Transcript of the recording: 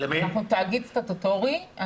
אנחנו תאגיד סטטוטורי.